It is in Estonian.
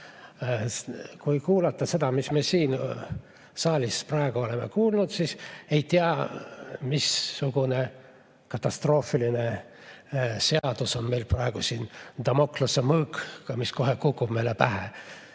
Kui kuulata seda, mida me siin saalis praegu oleme kuulnud, siis oleks nagu ei tea missugune katastroofiline seadus meil praegu siin, justkui Damoklese mõõk, mis kohe kukub meile pähe